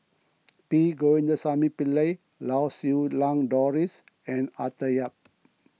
P Govindasamy Pillai Lau Siew Lang Doris and Arthur Yap